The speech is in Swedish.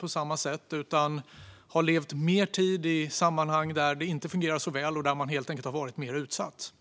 på samma sätt som tidigare. De har levt en större tid i sammanhang som inte fungerar så väl och där man helt enkelt har varit mer utsatt.